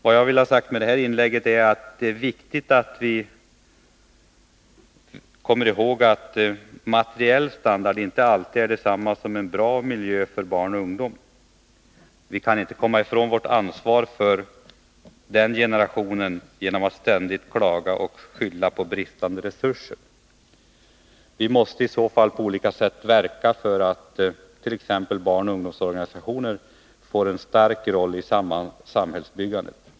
Vad jag velat säga med detta inlägg är att det är viktigt att vi kommer ihåg att materiell standard inte alltid är detsamma som en bra miljö för barn och ungdom. Vi kan inte komma ifrån vårt ansvar för den generationen genom att ständigt klaga och skylla på bristande resurser. Vi måste i så fall på olika sätt verka för att t.ex. barnoch ungdomsorganisationer får en stark roll i samhällsbyggandet.